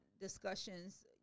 discussions